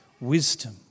Wisdom